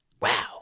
Wow